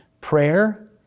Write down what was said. Prayer